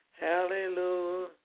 Hallelujah